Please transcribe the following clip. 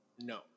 No